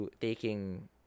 taking